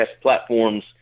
platforms